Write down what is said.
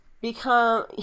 become